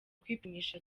kwipimisha